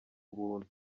ubuntu